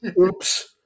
Oops